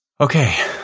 Okay